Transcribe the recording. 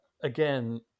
again